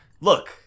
look